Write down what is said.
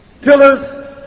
Pillars